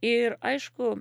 ir aišku